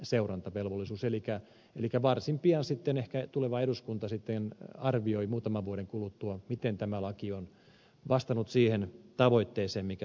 elikkä ehkä varsin pian muutaman vuoden kuluttua tuleva eduskunta sitten arvioi miten tämä laki on vastannut siihen tavoitteeseen mikä sille on asetettu